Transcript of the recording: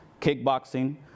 kickboxing